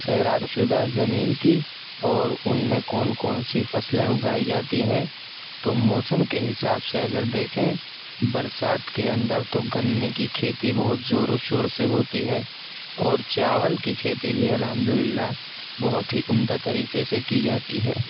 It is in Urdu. سیراب شدہ زمین کی اور ان میں کون کون سی فصلیں اگائی جاتی ہیں تو موسم کے حساب سے اگر دیکھیں برسات کے اندر تو گنے کی کھیتی بہت زور و شور سے ہوتی ہے اور چاول کی کھیتی بھی الحمد للّہ بہت ہی عمدہ طریقے سے کی جاتی ہے